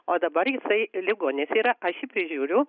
o dabar jisai ligonis yra aš jį prižiūriu